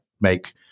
make